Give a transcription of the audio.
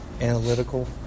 analytical